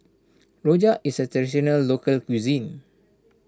Rojak is a Traditional Local Cuisine